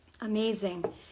amazing